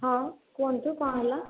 ହଁ କୁହନ୍ତୁ କ'ଣ ହେଲା